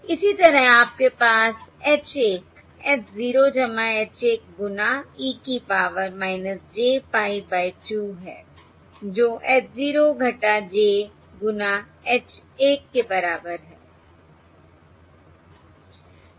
इसी तरह आपके पास H 1 h 0 h 1 गुना e की पावर j pie बाय 2 है जो h 0 j गुना h 1 के बराबर है